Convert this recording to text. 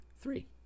Three